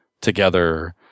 together